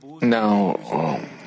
Now